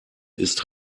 ist